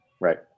right